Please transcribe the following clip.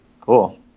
Cool